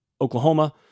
Oklahoma